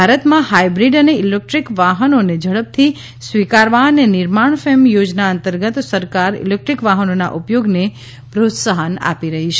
ભારતમાં હાઇબ્રિડ અને ઇલેક્ટ્રિક વાહનોને ઝડપથી સ્વીકારવા અને નિર્માણ ફેમ થોજના અંતર્ગત સરકાર ઇલેક્ટ્રિક વાહનોના ઉપયોગને પ્રોત્સાહન આપી રહી છે